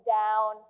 down